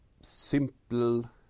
simple